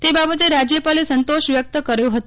તે બાબતે રાજ્યપાલે સંતોષ વ્યક્ત કર્યો હતો